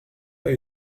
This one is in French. pas